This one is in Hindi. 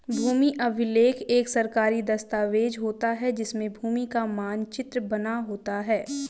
भूमि अभिलेख एक सरकारी दस्तावेज होता है जिसमें भूमि का मानचित्र बना होता है